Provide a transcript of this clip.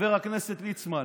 חבר הכנסת ליצמן.